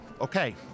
okay